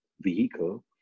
vehicle